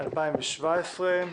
מ-2017,